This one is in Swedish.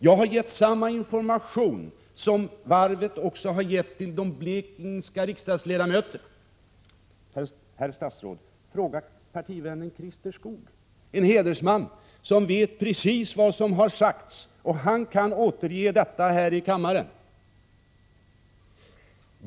Jag har gett samma information som varvet har gett till de blekingska riksdagsledamöterna. Fråga er partivän Christer Skoog, herr statsråd! Han är en hedersman som vet precis vad som har sagts, och han kan återge detta här i kammaren.